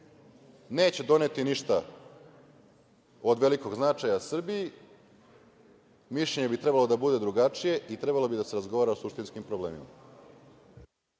Neće doneti ništa od velikog značaja Srbiji. Mišljenje bi trebalo da bude drugačije i trebalo bi da se razgovara o suštinskim problemima.